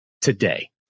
today